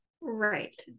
Right